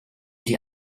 die